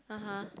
(uh huh)